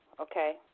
okay